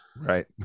Right